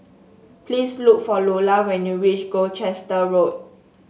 please look for Iola when you reach Gloucester Road